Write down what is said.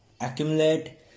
accumulate